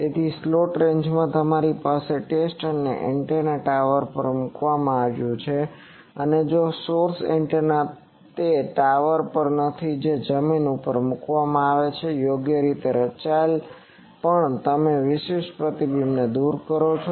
તેથી સ્લેંટ રેન્જમાં તમારી પાસે ટેસ્ટ એન્ટેના ટાવર પર મૂકવામાં આવ્યું છે અને સોર્સ એન્ટેના તે ટાવર પર નથી જે જમીન ઉપર મૂકવામાં આવે છે અને યોગ્ય રીતે રચાયેલ પણ તમે વિશિષ્ટ પ્રતિબિંબને દૂર કરો છો